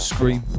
Scream